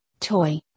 toy